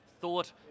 thought